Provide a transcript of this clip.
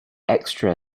extra